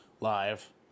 live